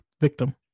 victim